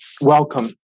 welcome